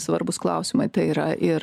svarbūs klausimai tai yra ir